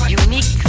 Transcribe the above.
unique